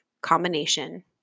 combination